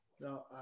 No